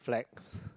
flags